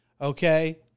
Okay